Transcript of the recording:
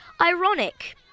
ironic